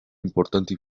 importante